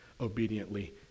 obediently